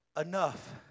enough